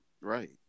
Right